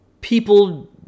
People